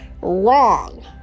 Wrong